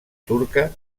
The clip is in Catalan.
turca